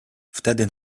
wtedy